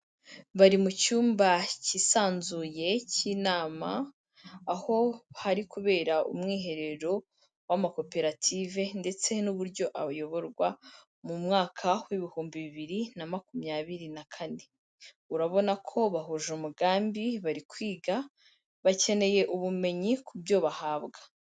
Bari mu cyumba kisanzuye cy'inama, aho hari kubera umwiherero w'amakoperative ndetse n'uburyo ayoborwa mu mwaka w'ibihumbi bibiri na makumyabiri na kane, urabona ko bahuje umugambi bari kwiga, bakeneye ubumenyi ku byo bahabwa.